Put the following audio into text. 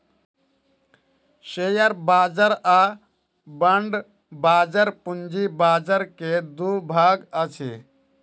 share बाजार आ bond बाजार पूंजी बाजार के दू भाग अछि